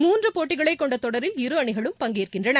மூன்று போட்டிகளைக் கொண்ட தொடரில் இரு அணிகளும் பங்கேற்கின்றன